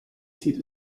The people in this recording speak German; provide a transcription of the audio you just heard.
zieht